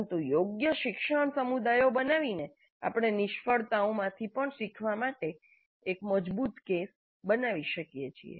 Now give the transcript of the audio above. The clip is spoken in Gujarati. પરંતુ યોગ્ય શિક્ષણ સમુદાયો બનાવીને આપણે નિષ્ફળતાઓમાંથી પણ શીખવા માટે એક મજબૂત કેસ બનાવી શકીએ છીએ